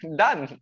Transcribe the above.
done